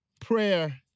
prayer